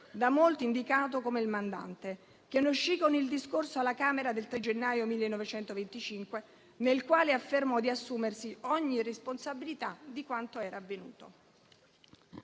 da molti indicato come il mandante, che ne uscì con il discorso alla Camera del 3 gennaio 1925, nel quale affermò di assumersi ogni responsabilità di quanto era avvenuto.